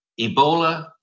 Ebola